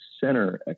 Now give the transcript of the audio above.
center